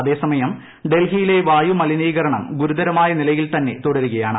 അതേസമയം ഡൽഹിയിലെ വായുമലിനീകരണം ഗുരുത്രമായ നിലയിൽ തന്നെ തുടരുകയാണ്